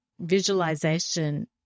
visualization